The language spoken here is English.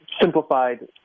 simplified